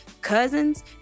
cousins